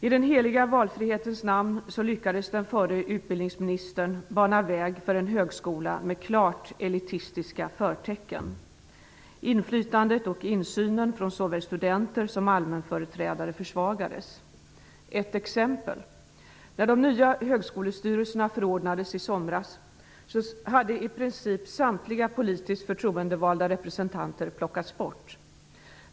I den heliga valfrihetens namn lyckades den förre utbildningsministern bana väg för en högskola med klart elitistiska förtecken. Inflytandet och insynen från såväl studenter som allmänföreträdare försvagades. Jag skall ta ett exempel. När de nya högskolestyrelserna förordnades i somras hade i princip samtliga politiskt förtroendevalda representanter plockats bort.